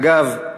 אגב,